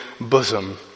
bosom